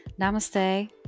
Namaste